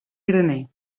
graner